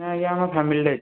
ଆଜ୍ଞା ଆମ ଫ୍ୟାମିଲି